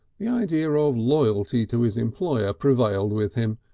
the idea of loyalty to his employer prevailed with him.